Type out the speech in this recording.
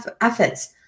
efforts